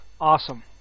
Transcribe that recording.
awesome